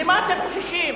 ממה אתם חוששים?